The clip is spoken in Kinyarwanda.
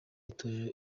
itorero